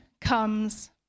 comes